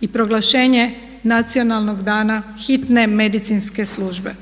i proglašenje Nacionalnog dana hitne medicinske službe.